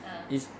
ah